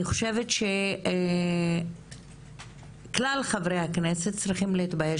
אני חושבת שכלל חברי הכנסת צריכים להתבייש